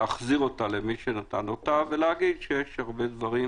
להחזיר אותה למי שנתן אותה ולהגיד שיש הרבה דברים,